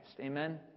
Amen